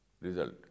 result